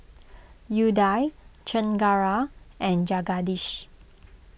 Udai Chengara and Jagadish